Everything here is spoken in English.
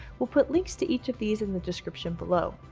we'll put links to each of these in the description below.